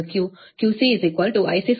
ಈಗ Q QC IC2XC